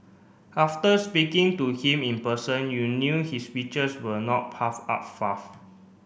after speaking to him in person you knew his speeches were not puff up fluff